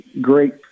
great